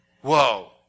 Whoa